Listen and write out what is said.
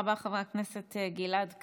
תודה רבה, חבר הכנסת גלעד קריב.